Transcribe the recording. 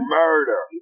murder